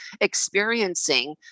experiencing